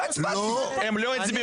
אני לא --- הם לא הצביעו,